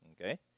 okay